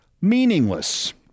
meaningless